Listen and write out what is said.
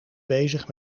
bezig